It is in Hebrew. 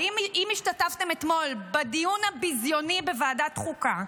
ואם השתתפתם אתמול בדיון הביזיוני בוועדת החוקה,